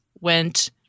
went